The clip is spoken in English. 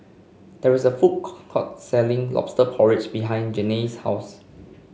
there is a food co court selling lobster porridge behind Janae's house